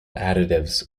additives